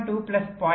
2 plus 0